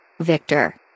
Victor